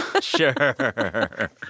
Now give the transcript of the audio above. sure